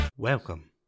Welcome